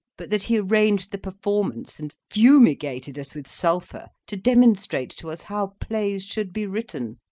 but that he arranged the performance and fumigated us with sulphur to demonstrate to us how plays should be written,